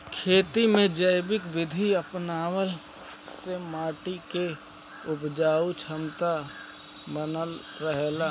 खेती में जैविक विधि अपनवला से माटी के उपजाऊ क्षमता बनल रहेला